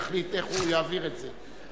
יחליט איך הוא יעביר את זה.